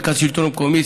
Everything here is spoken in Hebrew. מרכז השלטון המקומי,